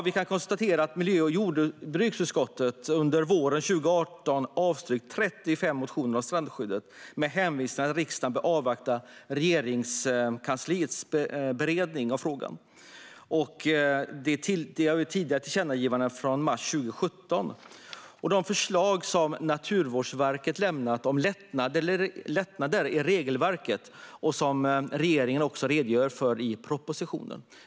Vi kan konstatera att miljö och jordbruksutskottet under våren 2018 avstyrkt 35 motioner om strandskyddet med hänvisning till att riksdagen bör avvakta Regeringskansliets beredning av frågan och tidigare tillkännagivande från mars 2017. Naturvårdsverket har lämnat förslag om lättnader i regelverket som regeringen också redogör för i propositionen.